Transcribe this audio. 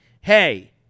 hey